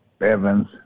Evans